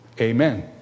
Amen